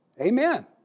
Amen